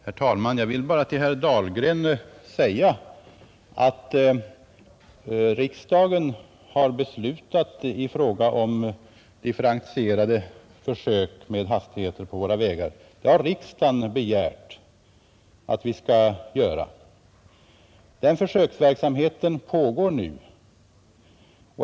Herr talman! Jag vill bara till herr Dahlgren säga, att riksdagen har beslutat i fråga om försök med differentierad hastighet på våra vägar. Riksdagen har alltså begärt att vi skall göra detta, och den försöksverksamheten pågår nu.